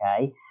okay